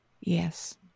Yes